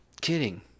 Kidding